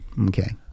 okay